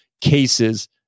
cases